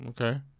Okay